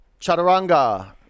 Chaturanga